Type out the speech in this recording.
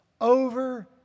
Over